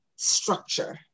structure